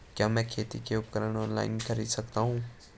क्या मैं खेती के उपकरण ऑनलाइन खरीद सकता हूँ?